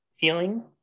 feeling